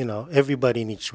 you know everybody needs